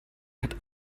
hat